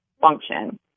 function